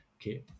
okay